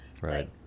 right